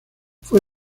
fue